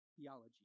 theology